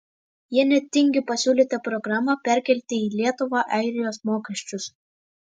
jie net tingi pasiūlyti programą perkelti į lietuvą airijos mokesčius